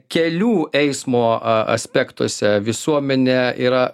kelių eismo a aspektuose visuomenė yra